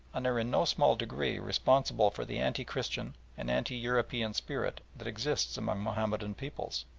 and are in no small degree responsible for the anti-christian and anti-european spirit that exists among mahomedan peoples.